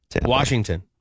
Washington